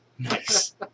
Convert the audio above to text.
Nice